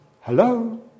hello